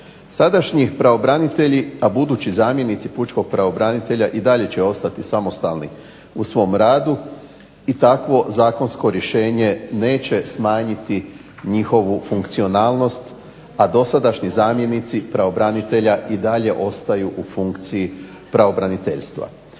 Sadašnji pravobranitelji, a budući zamjenici pučkog pravobranitelja i dalje će ostati samostalni u svom radu i takvo zakonsko rješenje neće smanjiti njihovu funkcionalnost, a dosadašnji zamjenici pravobranitelja i dalje ostaju u funkciji pravobraniteljstva.